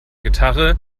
gitarre